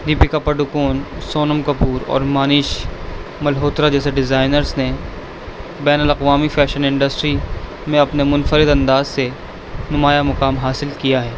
دپیکا پاڈوکون سونم کپور اور منیش ملہوترا جیسے ڈیزائنرس نے بین الاقوامی فیشن انڈسٹری میں اپنے منفرد انداز سے نمایاں مقام حاصل کیا ہے